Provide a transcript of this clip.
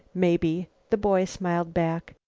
mebby, the boy smiled back.